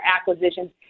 acquisitions